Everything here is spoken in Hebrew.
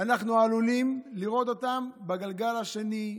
אנחנו עלולים לראות אותן בגלגל השני,